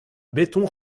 béton